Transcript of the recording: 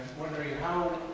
wondering how,